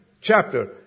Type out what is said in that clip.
chapter